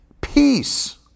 Peace